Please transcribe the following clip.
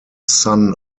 son